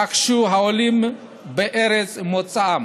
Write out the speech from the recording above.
שרכשו העולים בארץ מוצאם.